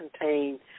contain